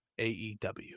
AEW